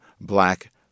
black